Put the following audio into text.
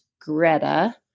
Greta